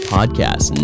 Podcast